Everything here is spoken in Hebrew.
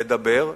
לדבר,